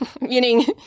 Meaning